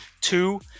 Two